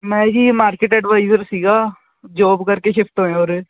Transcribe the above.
ਮੈਂ ਜੀ market adviser ਸੀਗਾ ਜੋਬ ਕਰਕੇ ਸ਼ਿਫਟ ਹੋਇਆ ਉਰੇ